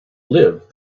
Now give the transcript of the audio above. live